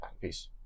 peace